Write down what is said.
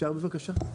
אפשר בבקשה?